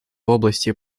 области